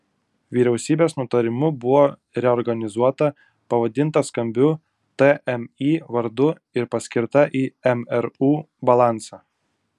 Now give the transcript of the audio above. vyriausybės nutarimu buvo reorganizuota pavadinta skambiu tmi vardu ir paskirta į mru balansą